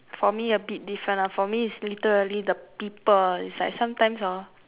for me a bit different lah for me is literally the people is like sometimes hor